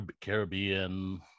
Caribbean